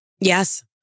Yes